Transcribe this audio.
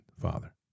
Father